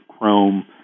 Chrome